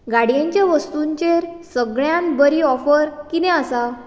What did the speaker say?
गाडयेंच्या वस्तूंचेर सगळ्यांत बरी ऑफर कितें आसा